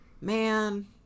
man